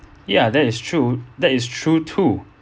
yeah that is true that is true too